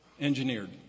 engineered